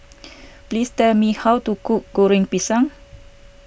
please tell me how to cook Goreng Pisang